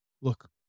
look